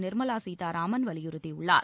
நிர்மலா சீதாராமன் வலியுறுத்தியுள்ளார்